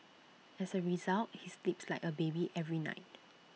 as A result he sleeps like A baby every night